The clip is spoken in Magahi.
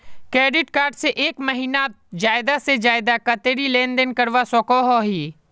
क्रेडिट कार्ड से एक महीनात ज्यादा से ज्यादा कतेरी लेन देन करवा सकोहो ही?